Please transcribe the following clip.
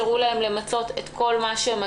הצעה שאושרה אתמול אבל אנחנו כנראה עוד נדון בה לא